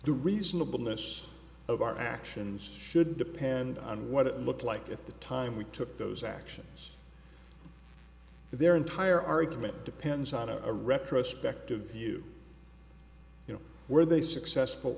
the reasonableness of our actions shouldn't depend on what it looked like at the time we took those actions their entire argument depends on a retrospective view you know were they successful